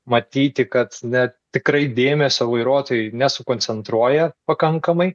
matyti kad net tikrai dėmesio vairuotojai nesukoncentruoja pakankamai